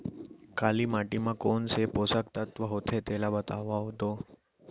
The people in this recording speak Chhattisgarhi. काली माटी म कोन से पोसक तत्व होथे तेला बताओ तो?